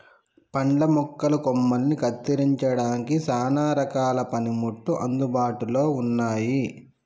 పండ్ల మొక్కల కొమ్మలని కత్తిరించడానికి సానా రకాల పనిముట్లు అందుబాటులో ఉన్నాయి